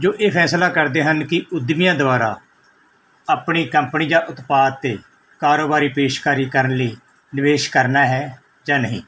ਜੋ ਇਹ ਫੈਸਲਾ ਕਰਦੇ ਹਨ ਕਿ ਉਦਮੀਆਂ ਦੁਆਰਾ ਆਪਣੀ ਕੰਪਨੀ ਜਾਂ ਉਤਪਾਦ 'ਤੇ ਕਾਰੋਬਾਰੀ ਪੇਸ਼ਕਾਰੀ ਕਰਨ ਲਈ ਨਿਵੇਸ਼ ਕਰਨਾ ਹੈ ਜਾਂ ਨਹੀਂ